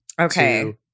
Okay